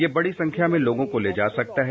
ये बड़ी संख्या में लोगों को ले जा सकता है